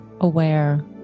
aware